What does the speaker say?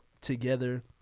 together